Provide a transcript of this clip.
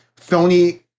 Sony